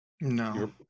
no